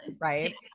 right